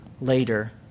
later